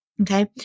Okay